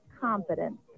confident